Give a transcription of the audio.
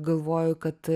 galvoju kad